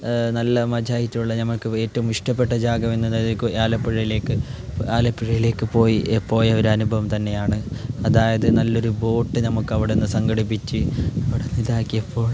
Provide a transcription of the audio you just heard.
നല്ല മജയായിട്ടുള്ള നമ്മൾക്ക് ഏറ്റവും ഇഷ്ടപെട്ട ജാഗമെന്നത് ആലപ്പുഴയിലേക്ക് ആലപ്പുഴയിലേക്ക് പോയി പോയ ഒരു അനുഭവം തന്നെയാണ് അതായത് നല്ലൊരു ബോട്ട് നമുക്ക് അവിടുന്ന് സംഘടിപ്പിച്ച് അവിടെ ഇതാക്കിയപ്പോൾ